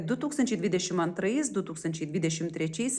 du tūkstančiai dvidešim antrais du tūkstančiai dvidešim trečiais